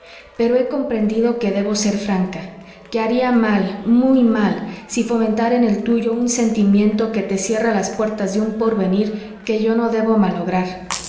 pero he comprendido que debo ser franca que haría mal muy mal si fomentara en el tuyo un sentimiento que te cierra las puertas de un porvenir que yo no debo malograr